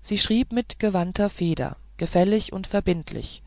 sie schrieb mit gewandter feder gefällig und verbindlich